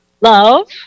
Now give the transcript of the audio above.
love